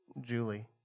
Julie